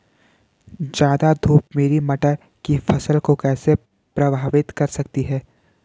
ज़्यादा धूप मेरी मटर की फसल को कैसे प्रभावित कर सकती है?